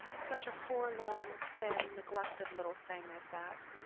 such a forlorn, thin, neglected little thing as that,